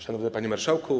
Szanowny Panie Marszałku!